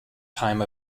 time